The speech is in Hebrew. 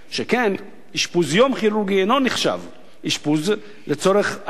שכן אשפוז יום כירורגי אינו נחשב אשפוז לצורך העניין.